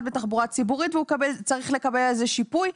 בתחבורה ציבורית והוא צריך לקבל על זה שיפוי,